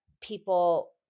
people